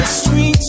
sweet